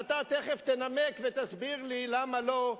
ואתה תיכף תנמק ותסביר לי למה לא,